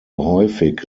häufig